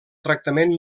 tractament